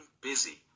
busy